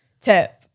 tip